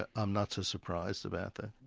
ah i'm not so surprised about that.